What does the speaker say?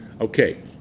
Okay